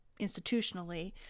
institutionally